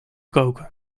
koken